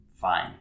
fine